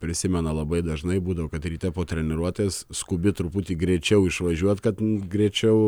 prisimena labai dažnai būdavo kad ryte po treniruotės skubi truputį greičiau išvažiuot kad greičiau